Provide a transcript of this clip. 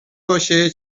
باشه